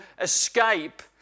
escape